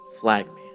Flagman